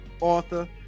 author